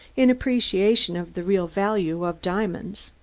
in appreciation of the real value of diamonds.